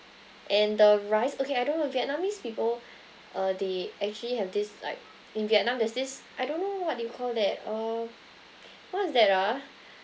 and the rice okay I don't know vietnamese people uh they actually have this like in vietnam there's this I don't know what do you call that uh what's that ah